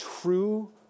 true